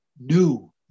new